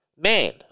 man